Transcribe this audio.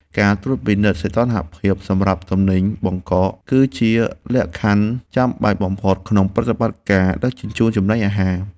ការត្រួតពិនិត្យសីតុណ្ហភាពសម្រាប់ទំនិញបង្កក គឺជាលក្ខខណ្ឌចាំបាច់បំផុតក្នុងប្រតិបត្តិការដឹកជញ្ជូនចំណីអាហារ។